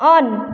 on